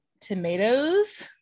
tomatoes